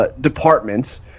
departments